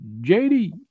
JD